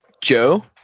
Joe